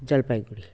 Jalpaiguri